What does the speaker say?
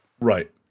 right